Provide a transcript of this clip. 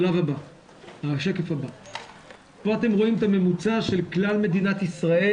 כאן אתם רואים את הממוצע של כלל מדינת ישראל,